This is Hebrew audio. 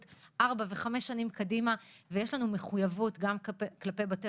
ארבע וחמש שנים קדימה ויש לנו מחויבות גם כלפי בתי